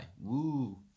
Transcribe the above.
Woo